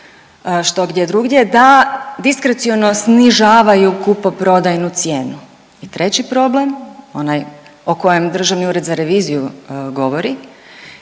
što gdje drugdje da diskreciono snižavaju kupoprodajnu cijenu. I treći problem onaj o kojem Državni ured za reviziju govori,